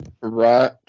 Right